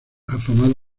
afamado